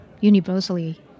universally